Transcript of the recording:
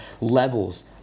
levels